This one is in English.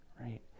right